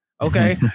okay